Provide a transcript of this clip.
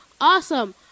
awesome